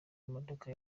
imodoka